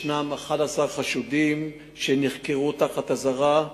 11 חשודים נחקרו תחת אזהרה.